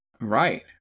Right